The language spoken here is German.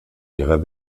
ihrer